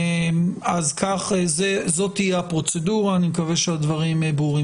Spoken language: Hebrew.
אז זאת תהיה הפרוצדורה, אני מקווה שהדברים ברורים.